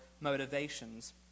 motivations